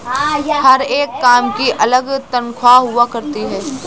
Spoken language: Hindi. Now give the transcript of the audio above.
हर एक काम की अलग तन्ख्वाह हुआ करती है